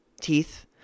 teeth